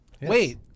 Wait